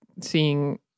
seeing